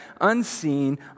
unseen